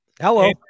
Hello